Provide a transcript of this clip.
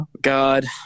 God